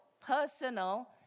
personal